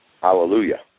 Hallelujah